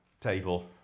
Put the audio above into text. table